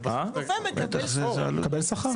רופא מקבל שכר.